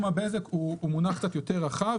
תחום הבזק הוא מונח קצת יותר רחב.